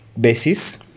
basis